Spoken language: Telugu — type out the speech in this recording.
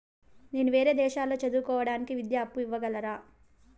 నేను వేరే దేశాల్లో చదువు కోవడానికి విద్యా అప్పు ఇవ్వగలరా?